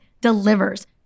delivers